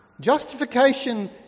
Justification